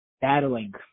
battling